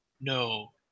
no